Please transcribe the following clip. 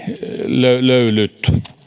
jälkilöylyt